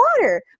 water